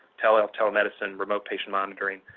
telehealth, telemedicine, remote patient monitoring,